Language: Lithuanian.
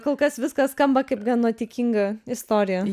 kol kas viskas skamba kaip gan nuotykinga istorija